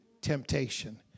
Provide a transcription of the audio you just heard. temptation